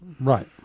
Right